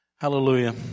Hallelujah